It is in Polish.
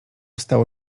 stało